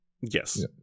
Yes